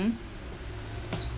hmm